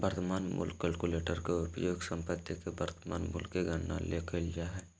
वर्तमान मूल्य कलकुलेटर के उपयोग संपत्ति के वर्तमान मूल्य के गणना ले कइल जा हइ